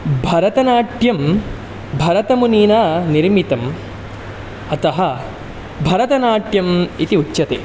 भरतनाट्यं भरतमुनिना निर्मितम् अतः भरतनाट्यम् इति उच्यते